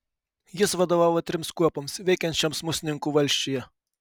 jis vadovavo trims kuopoms veikiančioms musninkų valsčiuje